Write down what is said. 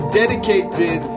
dedicated